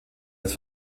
als